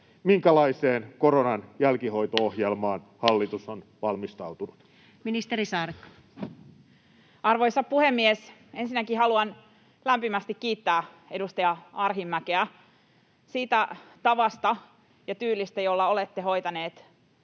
minkälaiseen koronan jälkihoito-ohjelmaan hallitus on valmistautunut? Ministeri Saarikko. Arvoisa puhemies! Ensinnäkin haluan lämpimästi kiittää edustaja Arhinmäkeä siitä tavasta ja tyylistä, jolla olette hoitanut